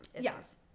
Yes